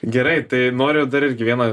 gerai tai noriu dar irgi vieną